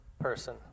person